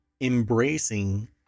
embracing